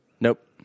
Nope